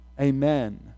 amen